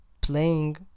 playing